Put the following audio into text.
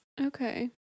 Okay